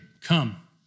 come